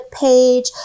page